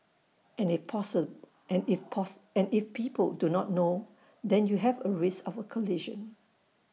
and if people do not know then you have A risk of A collision